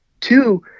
Two